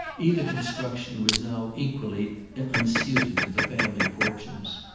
either construction was now equally unsuited to the family fortunes.